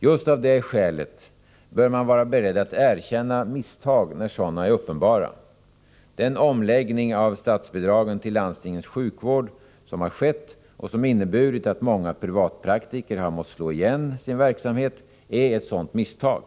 Just av det skälet bör man vara beredd att erkänna misstag när sådana är uppenbara. Den omläggning av statsbidragen till landstingens sjukvård som har skett och som inneburit att många privatpraktiker har måst slå igen sin verksamhet är ett sådant misstag.